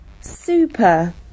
Super